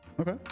Okay